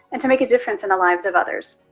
and to make a difference in the lives of others.